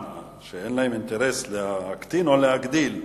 וברור שאין להם כאן אינטרס להקטין או להגדיל אותם.